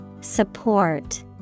Support